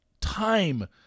time